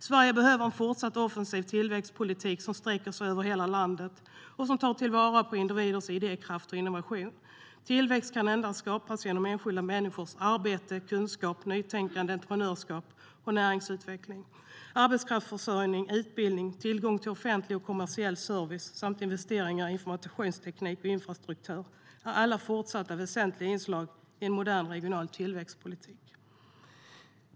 Sverige behöver en fortsatt offensiv tillväxtpolitik som sträcker sig över hela landet och som tar vara på individers idékraft och innovationer. Tillväxt kan endast skapas genom enskilda människors arbete, kunskap, nytänkande och entreprenörskap. Näringslivsutveckling, arbetskraftsförsörjning, utbildning, tillgång till offentlig och kommersiell service samt investeringar i informationsteknik och infrastruktur är alla fortsatta väsentliga inslag i en modern regional tillväxtpolitik.